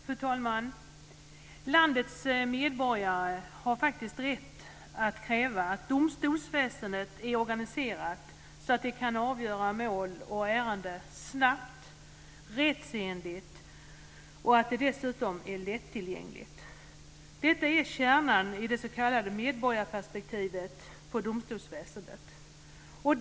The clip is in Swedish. Fru talman! Landets medborgare har rätt att kräva att domstolsväsendet är organiserat så att det kan avgöra mål och ärenden snabbt och rättsenligt och att det dessutom är lättillgängligt. Detta är kärnan i det s.k. medborgarperspektivet på domstolsväsendet.